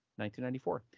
1994